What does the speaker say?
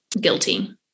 guilty